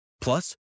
Plus